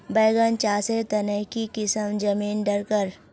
बैगन चासेर तने की किसम जमीन डरकर?